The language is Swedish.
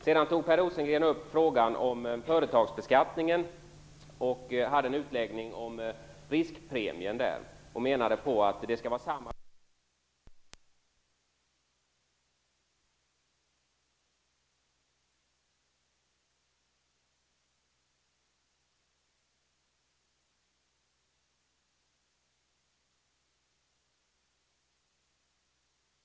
Vidare går Per Rosengren upp frågan om företagsbeskattningen, och han gjorde en utläggning om riskpremien. Han menade på att det skall vara samma beskattning som för riskfritt banksparande. Men det intressanta är ju följande. Om dubbelbeskattningen återinförs blir bl.a. risken högre. Risken är högre vid investeringar i företagande i stället för i statspapper. Men det gäller också skatten, eftersom beskattningen sker i två led. Beskattning i bank eller statspapper sker fortfarande i ett led. Det är fel att hävda att dubbelbeskattning leder till likformighet. Jag vill ta upp ytterligare en aspekt angående kortoch långsiktiga lösningar.